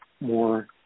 more